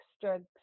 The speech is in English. drugs